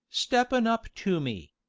steppin' up to me,